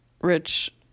rich